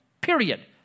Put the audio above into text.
period